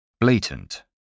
Blatant